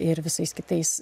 ir visais kitais